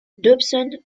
dobson